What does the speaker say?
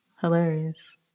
hilarious